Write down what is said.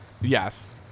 Yes